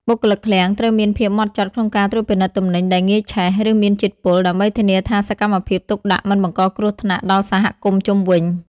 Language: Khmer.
បុគ្គលិកឃ្លាំងត្រូវមានភាពហ្មត់ចត់ក្នុងការត្រួតពិនិត្យទំនិញដែលងាយឆេះ ឬមានជាតិពុល ដើម្បីធានាថាសកម្មភាពទុកដាក់មិនបង្កគ្រោះថ្នាក់ដល់សហគមន៍ជុំវិញ។